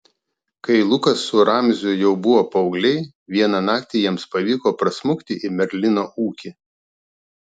kai lukas su ramziu jau buvo paaugliai vieną naktį jiems pavyko prasmukti į merlino ūkį